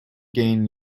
gain